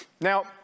Now